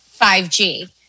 5G